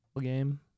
game